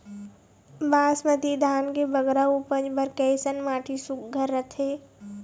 बासमती धान के बगरा उपज बर कैसन माटी सुघ्घर रथे?